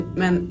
men